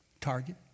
target